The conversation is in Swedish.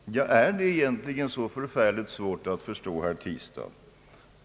Herr talman! Är det egentligen så förfärligt svårt att förstå, herr Tistad?